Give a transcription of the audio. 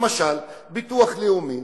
למשל ביטוח לאומי,